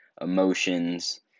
emotions